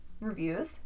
reviews